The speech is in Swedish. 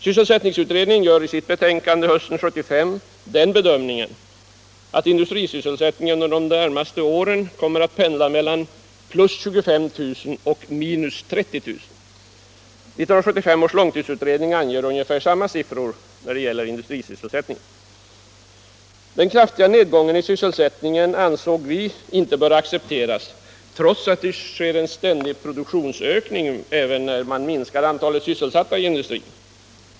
Sysselsättningsutredningen gör i sitt betänkande hösten 1975 den bedömningen att industrisysselsättningen under de närmaste åren kommer att pendla mellan plus 25 000 och minus 30 000. 1975 års långtidsutredning anger ungefär samma siffror för industrisysselsättningen. Denna kraftiga nedgång i sysselsättningen ansåg vi inte böra accepteras, trots att det sker en ständig produktionsökning även när man minskar antalet sysselsatta i industrin.